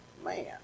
man